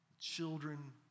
Children